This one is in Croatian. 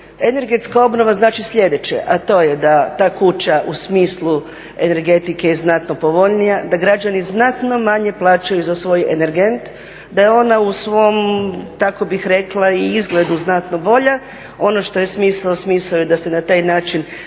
Energetska obnova znači sljedeće, a to je da ta kuća u smislu energetike je znatno povoljnija, da građani znatno manje plaćaju za svoj energent, da je ona u svom, tako bih rekla i izgledu znatno bolja. Ono što je smisao, smisao je da se na taj način